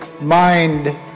mind